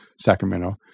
Sacramento